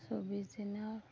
চৌব্বিছ দিনা